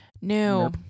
no